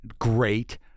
great